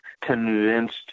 convinced